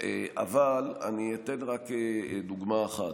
אבל אני אתן רק דוגמה אחת.